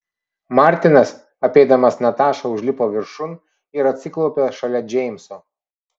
martinas apeidamas natašą užlipo viršun ir atsiklaupė šalia džeimso